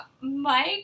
Mike